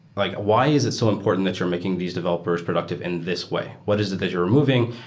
like why is it so important that you're making these developers productive in this way? what is it that you're removing?